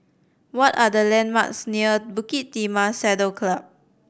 what are the landmarks near Bukit Timah Saddle Club